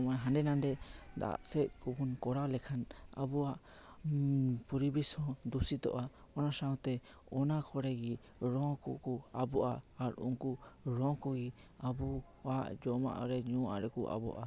ᱦᱟᱸᱰᱮ ᱱᱟᱰᱮ ᱫᱟᱜ ᱥᱮᱡ ᱠᱚᱵᱚᱱ ᱠᱚᱨᱟᱣ ᱞᱮᱠᱷᱟᱱ ᱟᱵᱚᱣᱟᱜ ᱯᱚᱨᱤᱵᱮᱥ ᱦᱚᱸ ᱫᱩᱥᱤᱛᱚᱜᱼᱟ ᱚᱱᱟ ᱥᱟᱶᱛᱮ ᱚᱱᱟ ᱠᱚᱨᱮ ᱜᱮ ᱨᱚ ᱠᱚᱠᱚ ᱟᱵᱚᱜᱼᱟ ᱟᱨ ᱩᱱᱠᱩ ᱨᱚ ᱠᱚᱜᱮ ᱟᱵᱚᱣᱟᱜ ᱡᱚᱢᱟᱜ ᱧᱩᱣᱟᱜ ᱨᱮᱠᱚ ᱟᱵᱚᱜᱼᱟ